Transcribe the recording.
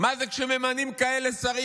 מה זה כשממנים כאלה שרים,